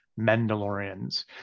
Mandalorians